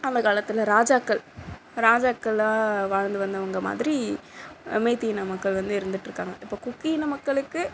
அந்த காலத்தில் ராஜாக்கள் ராஜாக்களெலாம் வாழ்ந்து வந்த மாதிரி மைத்தி இன மக்கள் வந்து இருந்துகிட்டு இருக்காங்க இப்போ குக்கி இன மக்களுக்கு